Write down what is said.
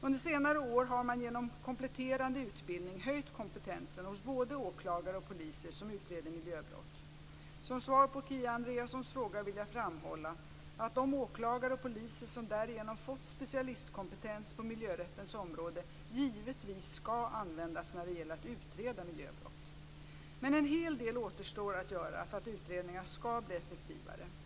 Under senare år har man genom kompletterande utbildning höjt kompetensen hos både åklagare och poliser som utreder miljöbrott. Som svar på Kia Andreassons fråga vill jag framhålla att de åklagare och poliser som därigenom fått specialistkompetens på miljörättens område givetvis skall användas när det gäller att utreda miljöbrott. Men en hel del återstår att göra för att utredningarna skall bli effektivare.